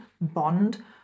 bond